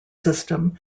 system